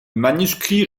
manuscrit